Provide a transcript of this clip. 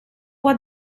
può